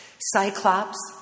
Cyclops